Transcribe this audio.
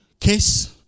Case